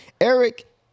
Eric